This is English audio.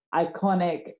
iconic